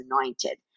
anointed